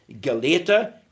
Galata